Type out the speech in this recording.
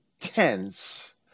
tense